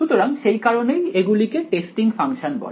সুতরাং সেই কারণেই এগুলিকে টেস্টিং ফাংশন বলে